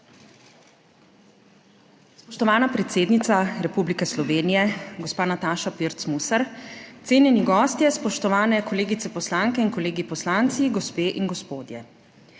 Spoštovana predsednica Republike Slovenije gospa Nataša Pirc Musar, cenjeni gostje, spoštovane kolegice poslanke in kolegi poslanci, gospe in gospodje!